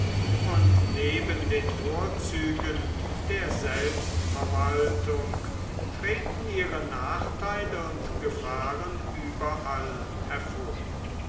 und neben den vorzügen der selbstverwaltung treten ihre nachteile und gefahren überall hervor